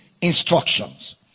instructions